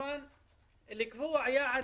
שעד